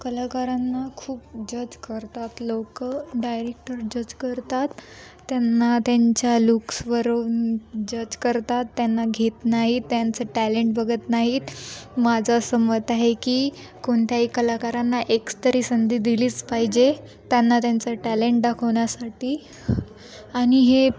कलाकारांना खूप जज करतात लोक डायरेक्टर जज करतात त्यांना त्यांच्या लुक्सवरून जज करतात त्यांना घेत नाही त्यांचं टॅलेंट बघत नाहीत माझं असं मत आहे की कोणत्याही कलाकारांना एक तरी संधी दिलीच पाहिजे त्यांना त्यांचं टॅलेंट दाखवण्यासाठी आणि हे